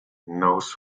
knows